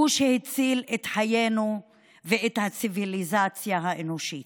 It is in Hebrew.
הוא שהציל את חיינו ואת הציוויליזציה האנושית.